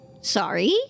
Sorry